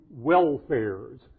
welfares